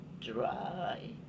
dry